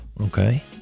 Okay